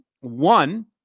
One